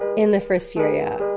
in the first year, yeah